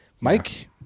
mike